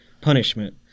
punishment